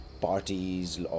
parties